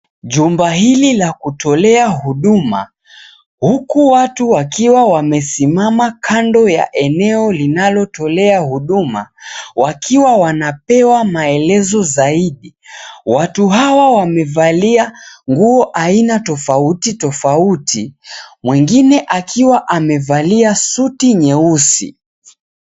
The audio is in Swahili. Jumba hili la kutolea huduma huku watu wakiwa wamesimama kando ya eneo linalotolea huduma wakiwa wanapewa maelezo zaidi. Watu hawa wamevalia nguo aina tofauti tofauti. Mwingine akiwa amevalia suti nyeusi.